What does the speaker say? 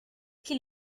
qu’il